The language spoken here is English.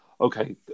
okay